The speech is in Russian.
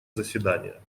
заседания